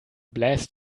bläst